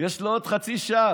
יש לו עוד חצי שעה.